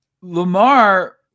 Lamar